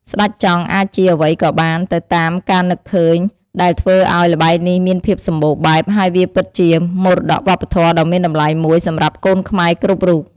ស្តេចចង់ អាចជា អ្វីក៏បាន ទៅតាម ការនឹកឃើញ ដែលធ្វើឲ្យ ល្បែងនេះមានភាពសម្បូរបែប ហើយវាពិតជា មរតកវប្បធម៌ដ៏មានតម្លៃមួយ សម្រាប់កូនខ្មែរគ្រប់រូប។